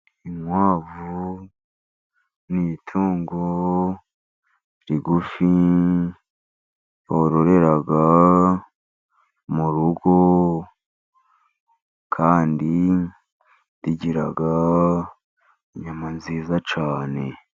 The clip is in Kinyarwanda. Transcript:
Inkwavu ni itungo rigufi bororera mu rugo, kandi rigira inyama nziza cyane.